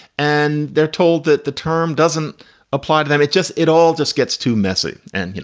and they're told that the term doesn't apply to them. it just it all just gets too messy. and, you know,